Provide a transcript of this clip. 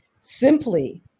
simply